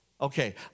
Okay